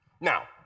Now